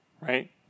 right